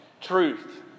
truth